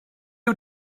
ydy